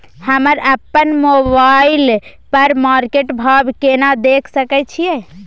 हम अपन मोबाइल पर मार्केट भाव केना देख सकै छिये?